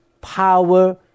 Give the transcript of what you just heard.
power